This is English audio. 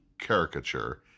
caricature